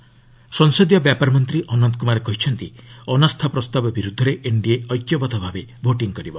ଅନନ୍ତ କୁମାର ସଂସଦୀୟ ବ୍ୟାପାର ମନ୍ତ୍ରୀ ଅନନ୍ତ କୁମାର କହିଛନ୍ତି ଅନାସ୍ଥା ପ୍ରସ୍ତାବ ବିରୁଦ୍ଧରେ ଏନ୍ଡିଏ ଐକ୍ୟବଦ୍ଧ ଭାବେ ଭୋଟିଂ କରିବ